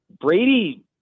brady